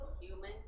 Human